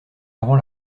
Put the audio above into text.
avant